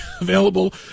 available